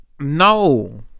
no